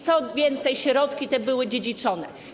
Co więcej, środki te były dziedziczone.